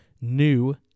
new